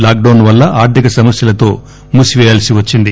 lock down వల్ల ఆర్దిక సమస్యలతో మూసిపేయాల్సి వచ్చింది